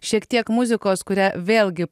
šiek tiek muzikos kurią vėlgi